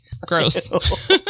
gross